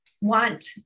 want